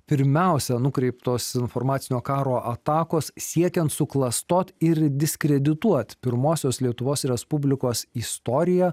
pirmiausia nukreiptos informacinio karo atakos siekiant suklastot ir diskredituot pirmosios lietuvos respublikos istoriją